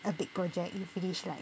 a big project you finish like